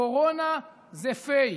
קורונה זה פייק.